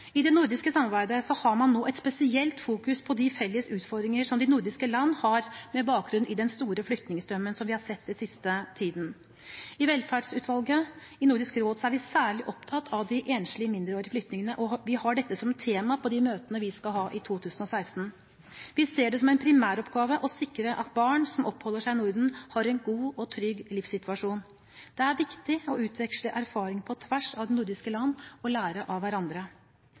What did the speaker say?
I det nordiske samarbeidet har man nå et spesielt fokus på de felles utfordringer som de nordiske land har med bakgrunn i den store flyktningstrømmen som vi har sett den siste tiden. I Velferdsutvalget i Nordisk råd er vi særlig opptatt av de enslige mindreårige flyktningene, og dette blir tema på de møtene vi skal ha i 2016. Vi ser det som en primæroppgave å sikre at barn som oppholder seg i Norden, har en god og trygg livssituasjon. Det er viktig å utveksle erfaringer på tvers av de nordiske land og lære av hverandre.